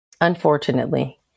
unfortunately